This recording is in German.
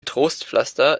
trostpflaster